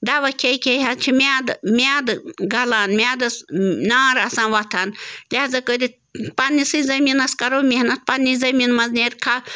دوا کھے کھے حظ چھِ میٛادٕ میٛادٕ گلان میادَس نار آسان وۄتھان لہٰذا کٔرِتھ پنٛنِسٕے زٔمیٖنَس کَرو محنت پنٛنی زٔمیٖن منٛز نیرِ کھہ